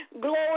Glory